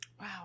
Wow